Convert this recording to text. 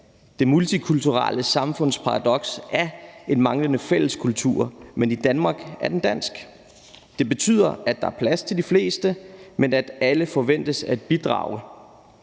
Det multikulturelle samfunds paradoks er en manglende fælles kultur, men i Danmark er den dansk. Det betyder, at der er plads til de fleste, men at alle forventes at bidrage